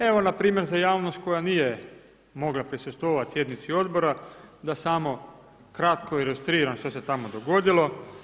Evo npr. za javnost koja nije mogla prisustvovat sjednici odbora da samo kratko ilustriram što se tamo dogodilo.